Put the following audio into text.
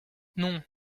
non